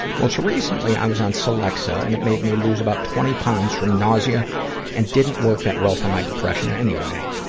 most recently, i was on so celexa and it made lose about twenty pounds from nausea and didn't work that well for my depression anyway.